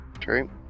True